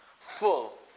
full